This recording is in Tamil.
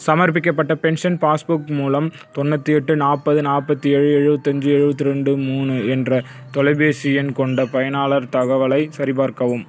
சமர்ப்பிக்கப்பட்ட பென்ஷன் பாஸ்புக் மூலம் தொண்ணூற்றி எட்டு நாற்பது நாற்பத்தி ஏழு எழுபத்தஞ்சி எழுபத்தி ரெண்டு மூணு என்ற தொலைபேசி எண் கொண்ட பயனாளர் தகவலைச் சரிபார்க்கவும்